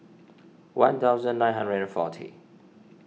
one thousand nine hundred and forty